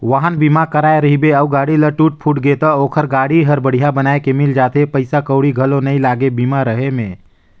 वाहन बीमा कराए रहिबे अउ गाड़ी ल टूट फूट गे त ओखर गाड़ी हर बड़िहा बनाये के मिल जाथे पइसा कउड़ी घलो नइ लागे बीमा रहें में